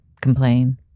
Complain